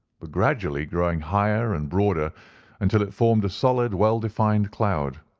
but gradually growing higher and broader until it formed a solid, well-defined cloud.